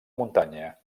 muntanya